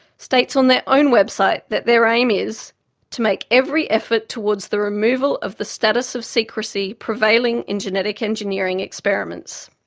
states on their own website that their aim is to make every effort towards the removal of the status of secrecy prevailing in genetic engineering experiments.